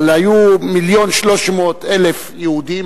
אבל היו 1.3 מיליון יהודים,